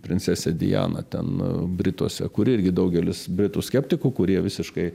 princesė diana ten brituose kuri irgi daugelis britų skeptikų kurie visiškai